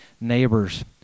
neighbors